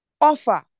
offer